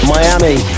Miami